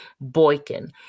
Boykin